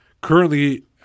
currently